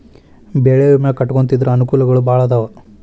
ಬೆಳೆ ವಿಮಾ ಕಟ್ಟ್ಕೊಂತಿದ್ರ ಅನಕೂಲಗಳು ಬಾಳ ಅದಾವ